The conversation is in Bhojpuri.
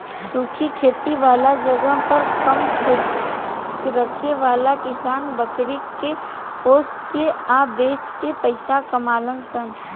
सूखा खेती वाला जगह पर कम खेत रखे वाला किसान बकरी के पोसे के आ बेच के पइसा कमालन सन